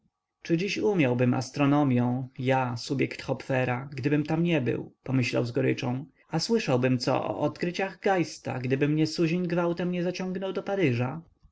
czy dziś umiałbym astronomią ja subjekt hopfera gdybym tam nie był pomyślał z goryczą a słyszałbym co o odkryciach geista gdyby mnie suzin gwałtem nie zaciągnął do paryża